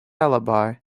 alibi